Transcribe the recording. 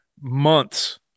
months